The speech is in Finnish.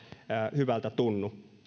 hyvältä tunnu